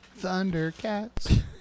Thundercats